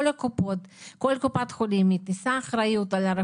זה אומר שכל קופות החולים וכל קופת חולים בעצמה תישא